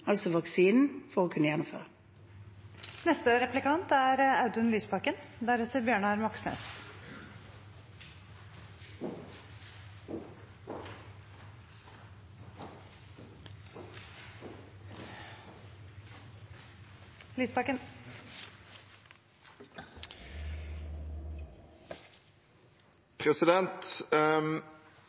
altså vaksinen, for å kunne gjennomføre. Det er